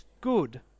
good